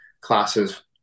classes